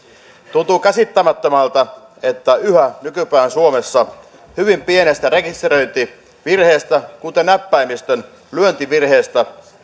tuntuu käsittämättömältä että yhä nykypäivän suomessa hyvin pienestä rekisteröintivirheestä kuten näppäimistön lyöntivirheestä